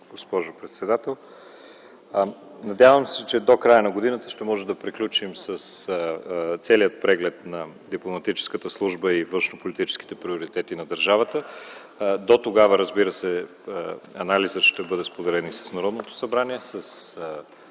госпожо председател. Надявам се, че до края на годината ще можем да приключим с целия преглед на дипломатическата служба и външнополитическите приоритети на държавата. Разбира се, дотогава анализът ще бъде споделен, на първо място, с